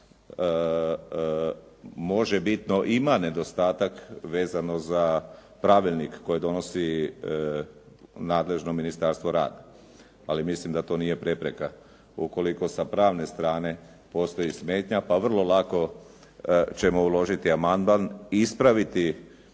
možebitno ima nedostatak vezano za pravilnik koji donosi nadležno Ministarstvo rada, ali mislim da to nije prepreka ukoliko sa pravne strane postoji smetnja pa vrlo lako ćemo uložiti amandman i ispraviti